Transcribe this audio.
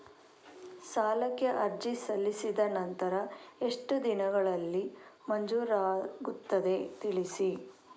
ಸಾಲಕ್ಕೆ ಅರ್ಜಿ ಸಲ್ಲಿಸಿದ ನಂತರ ಎಷ್ಟು ದಿನಗಳಲ್ಲಿ ಮಂಜೂರಾಗುತ್ತದೆ ತಿಳಿಸಿ?